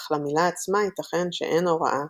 אך למילה עצמה ייתכן שאין הוראה,